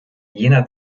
jener